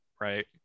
right